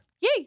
Yay